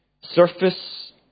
surface